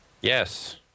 Yes